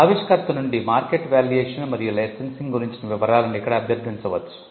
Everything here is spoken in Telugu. ఆవిష్కర్త నుండి మార్కెట్ వాల్యుయేషన్ మరియు లైసెన్సింగ్ గురించిన వివరాలను ఇక్కడ అభ్యర్థించవచ్చు